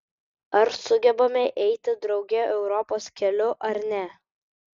ar sugebame eiti drauge europos keliu ar ne